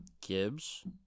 Gibbs